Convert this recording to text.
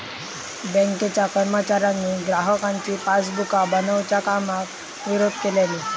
बँकेच्या कर्मचाऱ्यांनी ग्राहकांची पासबुका बनवच्या कामाक विरोध केल्यानी